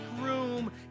room